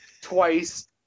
twice